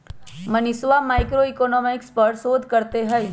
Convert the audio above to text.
मनीषवा मैक्रोइकॉनॉमिक्स पर शोध करते हई